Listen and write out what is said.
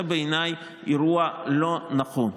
זה בעיניי אירוע לא נכון,